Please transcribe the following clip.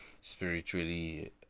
spiritually